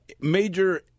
major